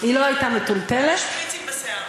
היו לה שפיצים בשיער.